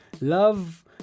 Love